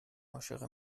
عاشق